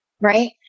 right